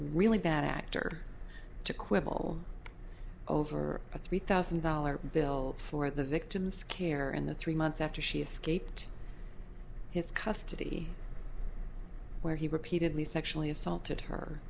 really bad actor to quibble over a three thousand dollars bill for the victims care in the three months after she escaped his custody where he repeatedly sexually assaulted her